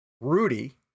Rudy